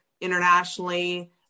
internationally